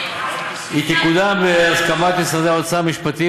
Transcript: היא תקודם בהסכמת משרדי האוצר והמשפטים